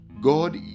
God